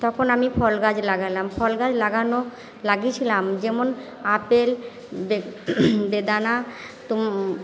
তখন আমি ফল গাছ লাগালাম ফল গাছ লাগানো লাগিয়েছিলাম যেমন আপেল বে বেদানা তুম